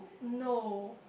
no